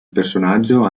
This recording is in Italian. personaggio